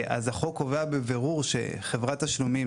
אז החוק קובע בבירור שחברת תשלומים,